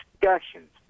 discussions